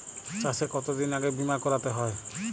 চাষে কতদিন আগে বিমা করাতে হয়?